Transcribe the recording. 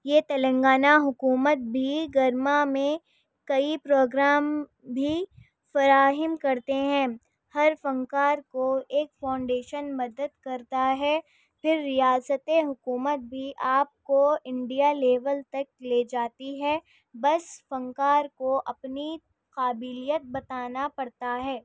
یہ تلنگانہ حکومت بھی گرما میں کئی پروگرام بھی فراہم کرتے ہیں ہر فنکار کو ایک فاؤنڈیشن مدد کرتا ہے پھر ریاست حکومت بھی آپ کو انڈیا لیول تک لے جاتی ہے بس فنکار کو اپنی قابلیت بتانا پڑتا ہے